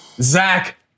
Zach